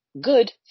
good